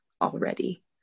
already